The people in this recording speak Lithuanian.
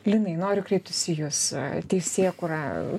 linai noriu kreiptis į jus teisėkūra